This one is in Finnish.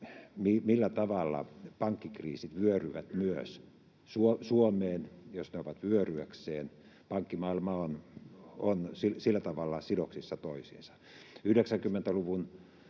millä tavalla pankkikriisit vyöryvät myös Suomeen, jos ne ovat vyöryäkseen. Pankkimaailma on sillä tavalla sidoksissa toisiinsa. 90-luvun